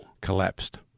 collapsed